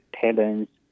talents